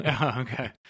Okay